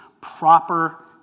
proper